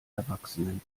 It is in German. erwachsenen